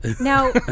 Now